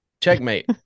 Checkmate